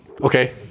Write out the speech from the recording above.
Okay